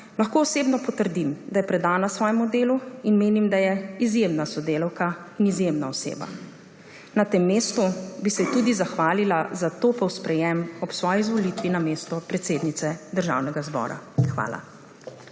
Tavčar osebno potrdim, da je predana svojemu delu, in menim, da je izjemna sodelavka in izjemna oseba. Na tem mestu bi se ji tudi zahvalila za topel sprejem ob svoji izvolitvi na mesto predsednice Državnega zbora. Hvala.